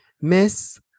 Miss